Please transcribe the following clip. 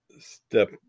step